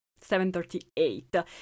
7.38